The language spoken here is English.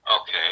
Okay